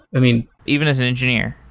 i mean even as an engineer.